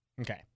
Okay